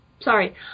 sorry